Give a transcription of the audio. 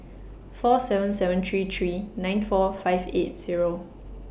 four seven seven three three nine four five eight Zero